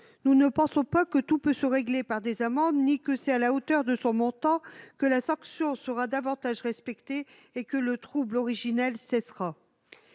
nous ne pensons pas que tout peut se régler par des amendes, ni que c'est à la hauteur de son montant que la sanction sera davantage respectés et que le trouble originel cessera